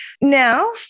Now